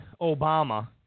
Obama